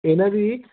ਇਹਨਾਂ ਦੀ